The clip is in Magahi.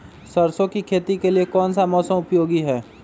सरसो की खेती के लिए कौन सा मौसम उपयोगी है?